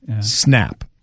Snap